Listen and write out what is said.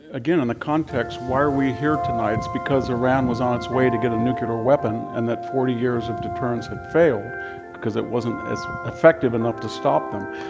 again, on the context, why are we here tonight? it's because iran was on its way to get a nuclear weapon and that forty years of deterrents had failed because it wasn't as effective enough to stop them.